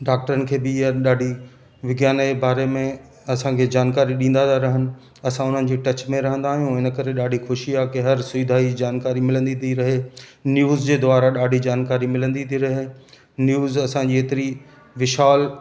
डॉक्टरनि खे बि इहा ॾाढी विज्ञान जे बारे में जानकारी ॾींदा पिया रहनि असां उन्हनि जे टच में रहंदा आहियूं इन करे ॾाढी ख़ुशी आहे कि हर सुविधा जी जानकारी मिलंदी थी रहे न्यूज़ जे द्वारा ॾाढी जानकारी मिलंदी थी रहे न्यूज़ असांजी एतिरी विशाल